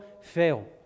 fail